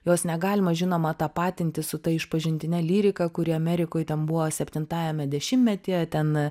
jos negalima žinoma tapatinti su ta išpažintine lyrika kuri amerikoj ten buvo septintajame dešimtmetyje ten